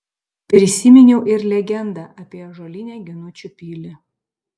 prisiminiau ir legendą apie ąžuolinę ginučių pilį